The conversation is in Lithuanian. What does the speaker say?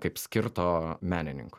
kaip skirto menininkui